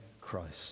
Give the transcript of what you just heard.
Christ